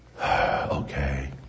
okay